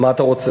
מה אתה רוצה?